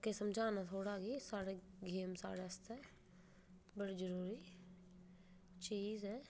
लोकें ई समझाना थोह्ड़ा गी साढ़े गेम साढ़े आस्तै बडे़ जरूरी चीज ऐ